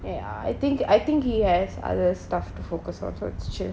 ya I think I think he has other stuff to focus on so